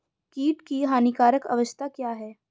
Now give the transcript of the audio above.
कीट की हानिकारक अवस्था क्या है?